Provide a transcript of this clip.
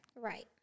Right